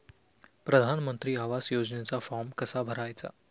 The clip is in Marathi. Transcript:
प्रधानमंत्री आवास योजनेचा फॉर्म कसा भरायचा?